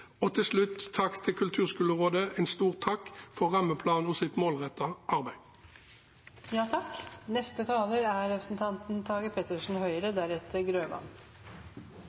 Takk til Kulturskolerådet, en stor takk for rammeplanen og